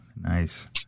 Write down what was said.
Nice